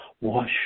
Wash